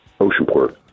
Oceanport